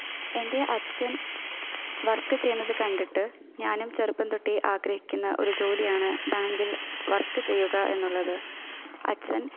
എൻ്റെ അച്ഛൻ വർക്ക് ചെയ്യുന്നത് കണ്ടിട്ട് ഞാനും ചെറുപ്പം തൊട്ടേ ആഗ്രഹിക്കുന്ന ഒരു ജോലിയാണ് ബാങ്കിൽ വർക്ക് ചെയ്യുക എന്നുള്ളത് അച്ഛൻ